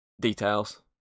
Details